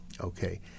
Okay